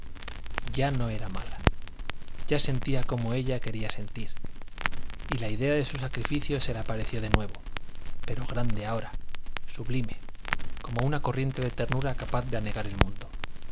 ya no era mala ya sentía como ella quería sentir y la idea de su sacrificio se le apareció de nuevo pero grande ahora sublime como una corriente de ternura capaz de anegar el mundo